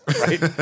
right